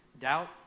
Doubt